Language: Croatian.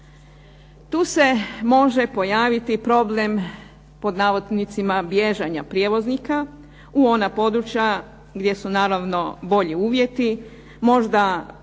Tu se može pojaviti problem „bježanja“ prijevoznika u ona područja gdje su naravno bolji uvjeti, možda zbog